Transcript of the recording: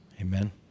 Amen